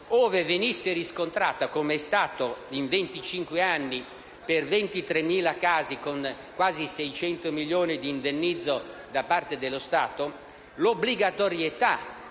ove venisse riscontrata, com'è accaduto in 25 anni per 23.000 casi con quasi 600 milioni di indennizzo da parte dello Stato, l'obbligatorietà